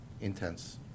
intense